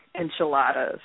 enchiladas